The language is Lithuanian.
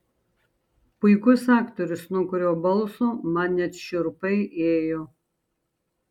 puikus aktorius nuo kurio balso man net šiurpai ėjo